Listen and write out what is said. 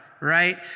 right